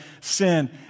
sin